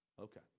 Okay